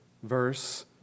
verse